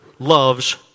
Loves